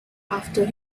after